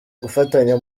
gufatanya